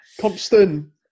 Compton